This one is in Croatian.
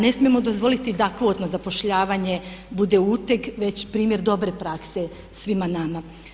Ne smijemo dozvoliti da kvotno zapošljavanje bude uteg već primjer dobre prakse svima nama.